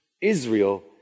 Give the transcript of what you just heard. Israel